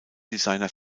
designer